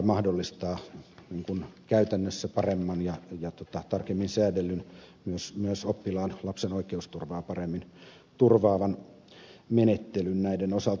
tämä mahdollistaa käytännössä paremman ja tarkemmin säädellyn ja myös oppilaan lapsen oikeusturvaa paremmin turvaavan menettelyn näiden osalta